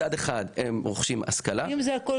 מצד אחד הם רוכשים השכלה --- אם הכול